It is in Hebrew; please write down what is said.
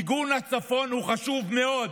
מיגון הצפון הוא חשוב מאוד,